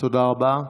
תודה רבה.